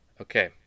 Okay